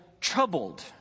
troubled